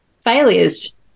failures